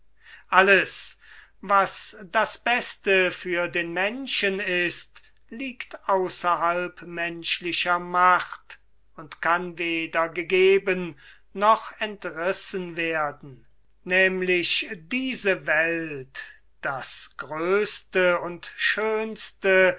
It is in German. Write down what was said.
alles was das beste für den menschen ist liegt außerhalb menschlicher macht und kann weder gegeben noch entrissen werden nämlich diese welt das größte und schönste